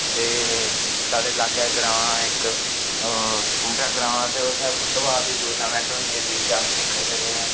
ते साढ़ै लाग्गै ग्रांऽ ऐ इक ग्रांऽ ऐ कूटा ग्रांऽ ते उत्थें फुट बॉल दी टूर्नामैंट होंदी ऐ जेह्दे च अस दिक्खन जन्ने ऐ